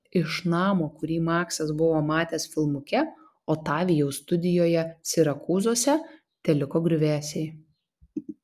iš namo kurį maksas buvo matęs filmuke otavijaus studijoje sirakūzuose teliko griuvėsiai